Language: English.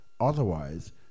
otherwise